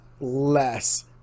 less